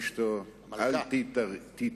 לשלומציון אשתו: "אל תתייראי,